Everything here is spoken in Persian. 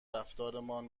رفتارتان